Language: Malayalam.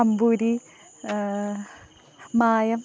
അമ്പൂരി മായം